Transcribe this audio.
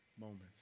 moments